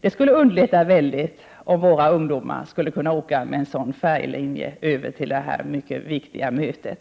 Det skulle underlätta mycket om våra ungdomar skulle kunna åka med en sådan här färja till det viktiga mötet.